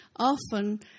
Often